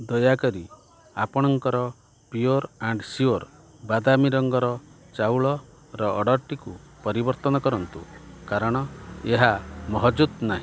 ଦୟାକରି ଆପଣଙ୍କର pure and sure ବାଦାମୀ ରଙ୍ଗର ଚାଉଳର ଅଡ଼ର୍ଟିକୁ ପରିବର୍ତ୍ତନ କରନ୍ତୁ କାରଣ ଏହା ମହଜୁଦ ନାହିଁ